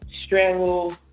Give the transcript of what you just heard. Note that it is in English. strangle